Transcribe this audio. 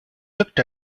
looked